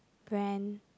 brand